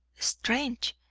strange!